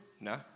No